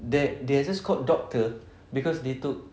that they are just called doctor because they took